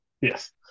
yes